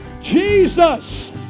Jesus